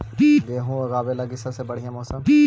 गेहूँ ऊगवे लगी सबसे बढ़िया मौसम?